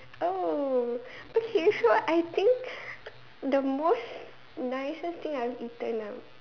oh okay so I think the most nicest thing I've eaten ah